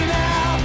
now